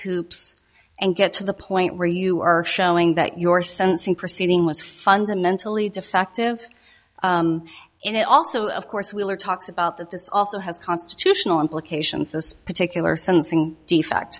hoops and get to the point where you are showing that your sensing proceeding was fundamentally defective and it also of course we are talks about that this also has constitutional implications this particular sensing defect